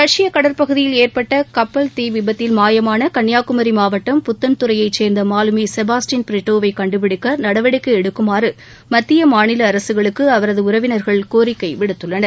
ரஷ்ய கடற்பகுதியில் ஏற்பட்ட கப்பல் தீ விபத்தில் மாயமான கன்னியாகுமரி மாவட்டம் புத்தன்துறையைச் சேர்ந்த மாலுமி செபாஸ்டின் பிரிட்டோவை கண்டுபிடிக்க நடவடிக்கை எடுக்குமாறு மத்திய மாநில அரசுகளுக்கு அவரது உறவினர்கள் கோரிக்கை விடுத்துள்ளனர்